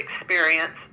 experience